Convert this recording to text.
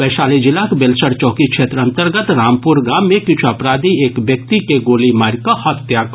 वैशाली जिलाक बेलसर चौकी क्षेत्र अंतर्गत रामपुर गाम मे किछु अपराधी एक व्यक्ति के गोली मारि कऽ हत्या कऽ देलक